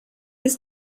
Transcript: ist